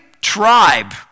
tribe